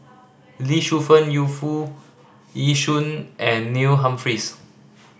Lee Shu Fen Yu Foo Yee Shoon and Neil Humphreys